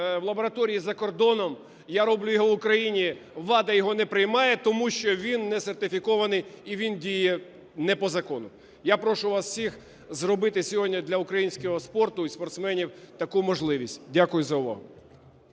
в лабораторії за кордоном, я роблю його в Україні. ВАДА його не приймає, тому що він не сертифікований і він діє не по закону. Я прошу вас всіх зробити сьогодні для українського спорту і спортсменів таку можливість. Дякую за увагу.